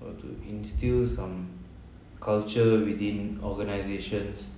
or to instil some culture within organisations